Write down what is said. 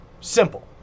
Simple